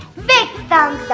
big thumbs up!